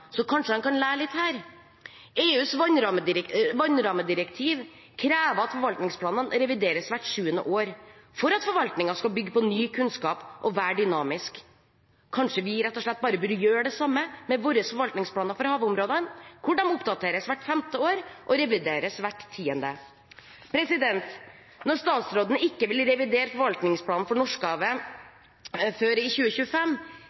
så kanskje han kan lære litt her. EUs vannrammedirektiv krever at forvaltningsplanene revideres hvert sjuende år for at forvaltningen skal bygge på ny kunnskap og være dynamiske. Kanskje vi rett og slett bare burde gjøre det samme med våre forvaltningsplaner for havområdene, at de oppdateres hvert femte år og revideres hvert tiende. Når statsråden ikke vil revidere forvaltningsplanen for Norskehavet før i 2025,